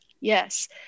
Yes